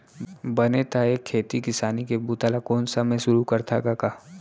बने त ए खेती किसानी के बूता ल कोन समे सुरू करथा कका?